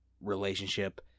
relationship